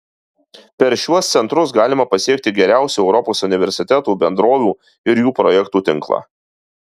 per šiuos centrus galima pasiekti geriausių europos universitetų bendrovių ir jų projektų tinklą